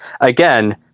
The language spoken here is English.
again